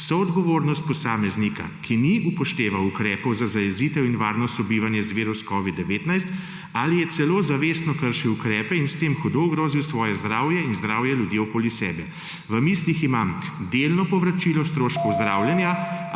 soodgovornost posameznika, ki ni upošteval ukrepov za zajezitev in varno sobivanje z virusom covida-19 ali je celo zavestno kršil ukrepe ter s tem hudo ogrozil svoje zdravje in zdravje ljudi okoli sebe? V mislih imam delno povračilo stroškov zdravljenja